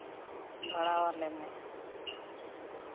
ᱵᱷᱟᱲᱟ ᱟᱞᱮ ᱢᱮ